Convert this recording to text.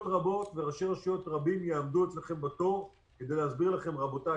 רבות וראשי רשויות רבים יעמדו אצלכם בתור כדי להסביר לכם: רבותי,